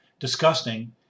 disgusting